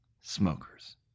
Smokers